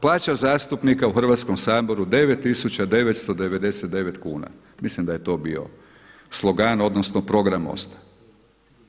Plaća zastupnika u Hrvatskom saboru 9.999 kuna, mislim da je to bio slogan odnosno program MOST-a.